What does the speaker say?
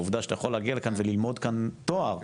העובדה שאתה יכול להגיע לכאן וללמוד כאן תואר,